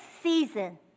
season